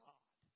God